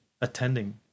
attending